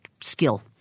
skill